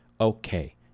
okay